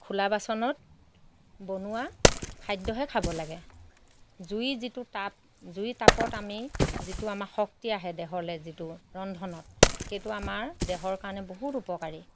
খোলা বাচনত বনোৱা খাদ্যহে খাব লাগে জুইৰ যিটো তাপ জুইৰ তাপত আমি যিটো আমাৰ শক্তি আহে দেহলৈ যিটো ৰন্ধনত সেইটো আমাৰ দেহৰ কাৰণে বহুত উপকাৰী